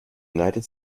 united